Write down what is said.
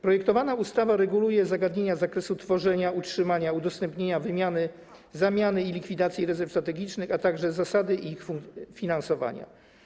Projektowana ustawa reguluje zagadnienia z zakresu tworzenia, utrzymywania, udostępniania, wymiany, zamiany i likwidacji rezerw strategicznych, a także zasady ich finansowania.